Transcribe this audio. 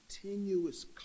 continuous